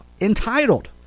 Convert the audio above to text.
entitled